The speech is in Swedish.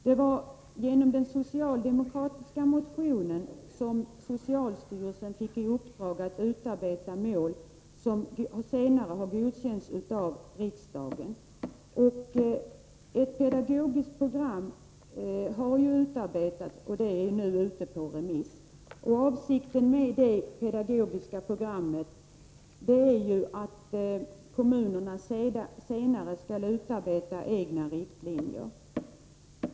Det var genom den socialdemokratiska motionen som socialstyrelsen fick i uppdrag att utarbeta mål, som senare har godkänts av riksdagen. Ett pedagogiskt program har utarbetats, och det är nu ute på remiss. Avsikten med detta pedagogiska program är att kommunerna senare skall utarbeta egna riktlinjer.